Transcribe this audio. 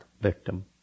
victim